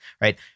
right